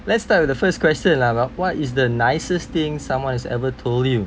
let's start with the first question lah bro what is the nicest thing someone has ever told you